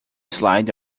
slid